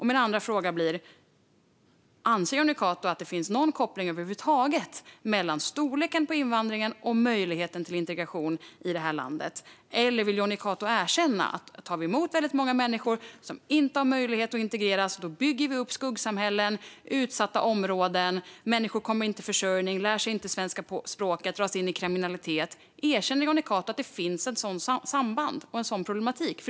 Min andra fråga blir: Anser Jonny Cato att det finns någon koppling över huvud taget mellan storleken på invandringen och möjligheten till integration i det här landet, eller vill Jonny Cato erkänna att vi, om vi tar emot väldigt många människor som inte har möjlighet att integreras, bygger upp skuggsamhällen och utsatta områden där människor inte kommer i försörjning, inte lär sig svenska språket och dras in i kriminalitet? Erkänner Jonny Cato att det finns ett sådant samband och en sådan problematik?